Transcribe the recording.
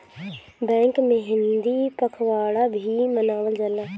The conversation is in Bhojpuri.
बैंक में हिंदी पखवाड़ा भी मनावल जाला